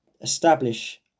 establish